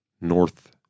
North